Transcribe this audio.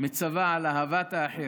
מצווה על אהבת האחר,